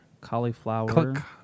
Cauliflower